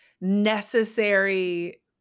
necessary